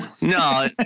No